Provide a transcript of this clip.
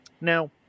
Now